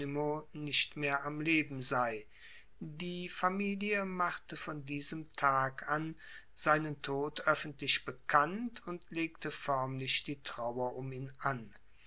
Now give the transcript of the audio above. nicht mehr am leben sei die familie machte von diesem tag an seinen tod öffentlich bekannt und legte förmlich die trauer um ihn an